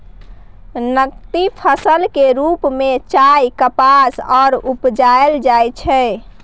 नकदी फसल के रूप में चाय, कपास आर उपजाएल जाइ छै